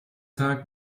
tag